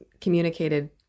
communicated